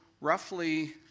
roughly